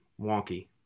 wonky